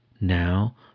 Now